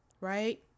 right